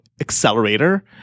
accelerator